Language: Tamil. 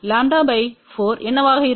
Λ 4என்னவாக இருக்கும்